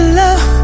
love